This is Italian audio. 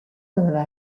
doveva